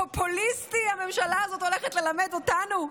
פופוליסטי, הממשלה הזאת הולכת ללמד אותנו?